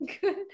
good